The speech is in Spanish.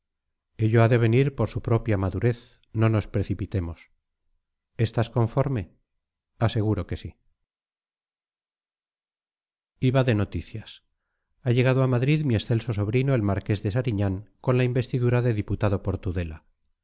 importuno ello ha de venir por su propia madurez no nos precipitemos estás conforme aseguro que sí y va de noticias ha llegado a madrid mi excelso sobrino el marqués de sariñán con la investidura de diputado por tudela